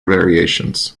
variations